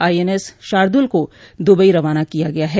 INS Shardul को Dubai रवाना किया गया है